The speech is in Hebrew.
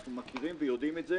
אנחנו מכירים ויודעים את זה,